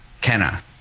Kenna